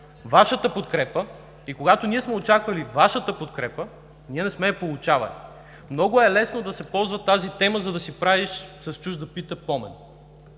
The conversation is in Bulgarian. Вашата подкрепа… Когато ние сме очаквали Вашата подкрепа, не сме я получавали. Много е лесно да ползваш тази тема, за да си правиш с „чужда пита помен“.